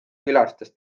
külastas